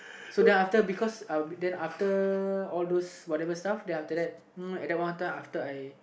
so then after because uh then after all those whatever stuff then after that uh at that one time after I